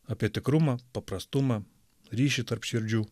apie tikrumą paprastumą ryšį tarp širdžių